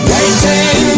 Waiting